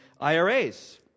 IRAs